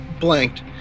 blanked